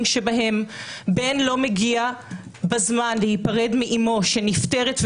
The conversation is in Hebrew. שבהם בן לא מגיע בזמן להיפרד מאמו שנפטרת,